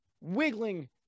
wiggling